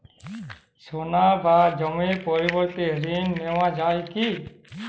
সোনা বা জমির পরিবর্তে ঋণ নেওয়া যায় কী?